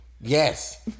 Yes